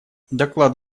доклад